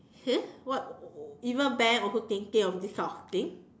!huh! what even Ben also thinking of this kind of thing